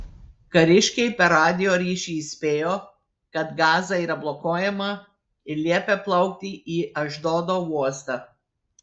kariškiai per radijo ryšį įspėjo kad gaza yra blokuojama ir liepė plaukti į ašdodo uostą